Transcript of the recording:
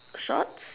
shorts